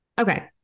Okay